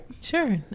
Sure